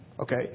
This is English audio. Okay